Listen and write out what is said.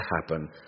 happen